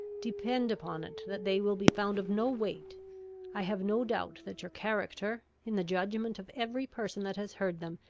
depend upon it that they will be found of no weight i have no doubt that your character, in the judgment of every person that has heard them,